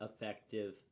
effective